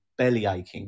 bellyaching